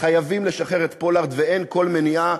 חייבים לשחרר את פולארד, ואין כל מניעה,